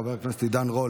חבר הכנסת עידן רול,